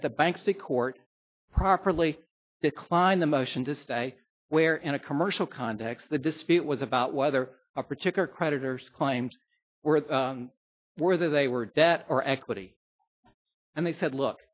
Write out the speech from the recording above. that the banks the court properly declined the motion to stay where in a commercial context the dispute was about whether a particular creditors claims were where they were debt or equity and they said look